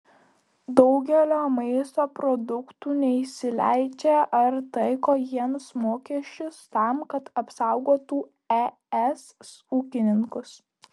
daugelio maisto produktų neįsileidžia ar taiko jiems mokesčius tam kad apsaugotų es ūkininkus